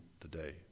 today